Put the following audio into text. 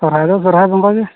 ᱥᱚᱦᱨᱟᱭ ᱫᱚ ᱥᱚᱦᱨᱟᱭ ᱵᱚᱸᱜᱟ ᱜᱮ